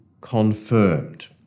confirmed